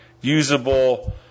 usable